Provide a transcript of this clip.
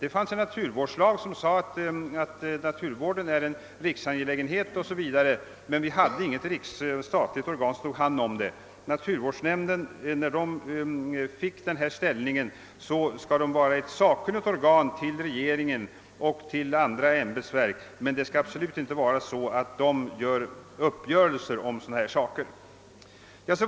Det fanns visserligen en naturvårdslag där det sades att naturvården är en riksangelägenhet, men vi hade inget statligt organ som slog vakt om naturvården. Naturvårdsnämnden fick sin ställning för att den skulle vara ett sakkunnigt organ som regeringen och ämbetsverken kunde vända sig till, men den skulle absolut inte träffa uppgörelse i sådana här angelägenheter.